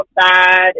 outside